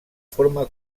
forma